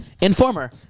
informer